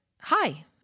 hi